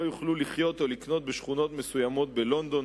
יוכלו לחיות או לקנות בשכונות מסוימות בלונדון,